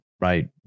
right